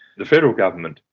the federal government,